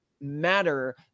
matter